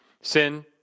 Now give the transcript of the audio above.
Sin